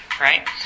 right